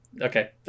Okay